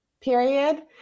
period